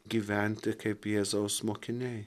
gyventi kaip jėzaus mokiniai